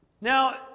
Now